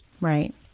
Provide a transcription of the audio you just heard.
Right